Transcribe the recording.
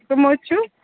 کٕم حظ چھِو